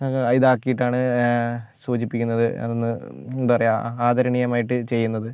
ഇതാക്കിയിട്ടാണ് സൂചിപ്പിക്കുന്നത് എന്താണ് പറയുക ആദരണീയമായിട്ട് ചെയ്യുന്നത്